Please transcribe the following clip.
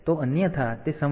તો અન્યથા તે સમાન છે